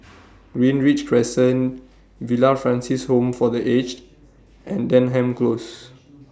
Greenridge Crescent Villa Francis Home For The Aged and Denham Close